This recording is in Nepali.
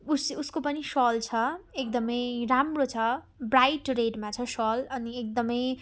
उस उसको पनि सल छ एकदमै राम्रो छ ब्राइट रेडमा छ सल अनि एकदमै